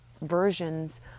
versions